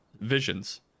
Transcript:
Visions